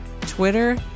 Twitter